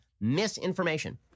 misinformation